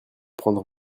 prendre